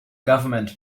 government